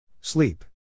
Sleep